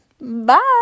Bye